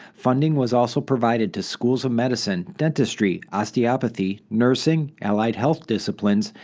funding was also provided to schools of medicine, dentistry, osteopathy, nursing, allied health disciplines,